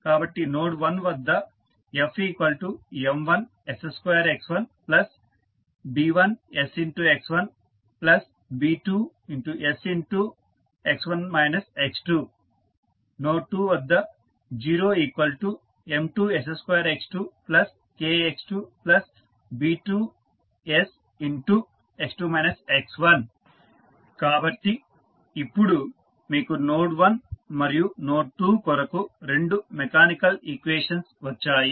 కాబట్టి నోడ్ 1 వద్ద F M1s2X1B1sX1B2sX1 X2 node 2 వద్ద 0M2s2X2KX2B2sX2 X1 కాబట్టి ఇప్పుడు మీకు నోడ్ 1 మరియు నోడ్ 2 కొరకు 2 మెకానికల్ ఈక్వేషన్స్ వచ్చాయి